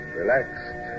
relaxed